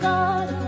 God